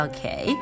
Okay